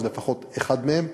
אז לפחות אחד מהם.